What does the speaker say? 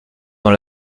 dans